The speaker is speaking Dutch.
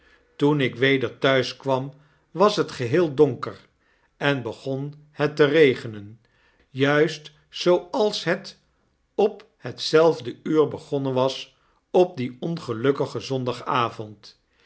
toen ik weder thuis kwam was het geheel donker en begon het te regenen juist zooals het op hetzelfde uur begonnen was op dien ongelukkigen zondagavond